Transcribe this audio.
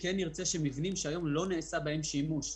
שימוש במבנים שלא נעשה בהם שימוש,